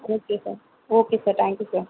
okay sir okay sir thank you sir